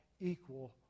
equal